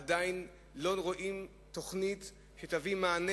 עדיין לא רואים תוכנית שתביא מענה,